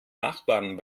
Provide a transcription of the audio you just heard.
nachbarn